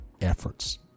efforts